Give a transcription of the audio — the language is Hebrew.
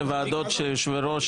שלא יצטרכו יותר את הגורמים הרשמיים?